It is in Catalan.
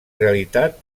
realitat